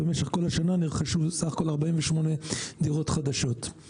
במשך כל השנה נרכשו בסך הכול 48 דירות חדשות.